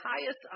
highest